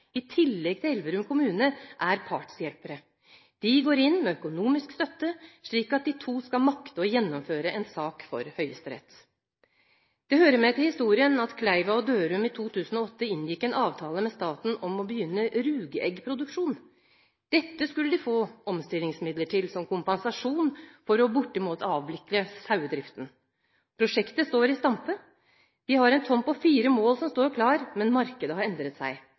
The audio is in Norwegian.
i tillegg til Elverum kommune, er partshjelpere. De går inn med økonomisk støtte, slik at de to skal makte å gjennomføre en sak for Høyesterett. Det hører med til historien at Kleiva og Dørum i 2008 inngikk en avtale med staten om å begynne med rugeeggproduksjon. Dette skulle de få omstillingsmidler til, som kompensasjon for bortimot å avvikle sauedriften. Prosjektet står i stampe. De har en tomt på fire mål som står klar, men markedet har endret seg.